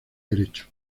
derecho